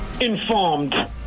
informed